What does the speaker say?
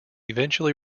eventually